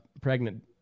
pregnant